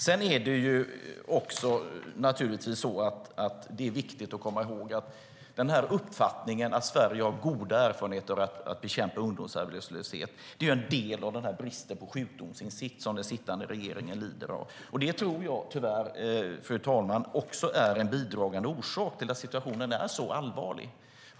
Sedan är det naturligtvis viktigt att komma ihåg att uppfattningen att Sverige har goda erfarenheter av att bekämpa ungdomsarbetslöshet är en del av den brist på sjukdomsinsikt som den sittande regeringen lider av. Det tror jag tyvärr, fru talman, också är en bidragande orsak till att situationen är så allvarlig.